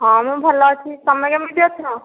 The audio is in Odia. ହଁ ମ ଭଲ ଅଛି ତମେ କେମିତି ଅଛ